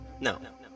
No